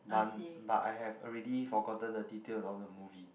bun but I have already forgotten the detail of the movie